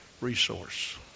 resource